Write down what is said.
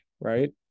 right